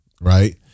right